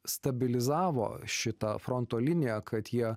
stabilizavo šitą fronto liniją kad jie